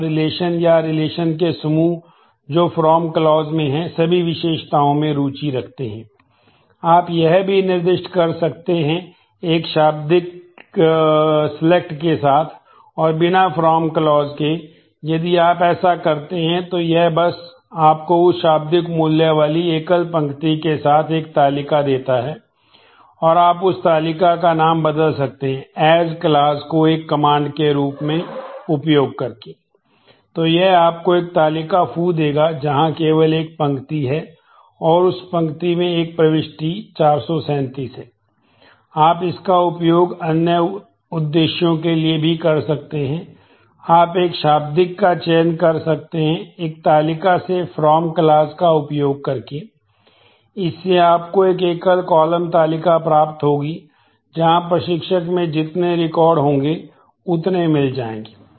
आप सिलेक्ट होंगे उतने मिल जाएंगे